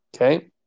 okay